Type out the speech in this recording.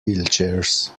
wheelchairs